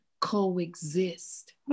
Coexist